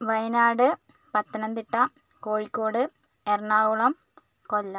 Wayanad Pathanamthitta Kozhikode Ernakulam Kollam